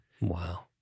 Wow